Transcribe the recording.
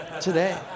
today